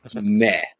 meh